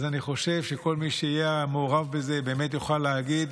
אז אני חושב שכל מי שהיה מעורב בזה באמת יוכל להגיד